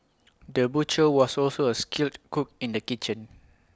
the butcher was also A skilled cook in the kitchen